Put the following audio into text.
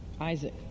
Isaac